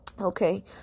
Okay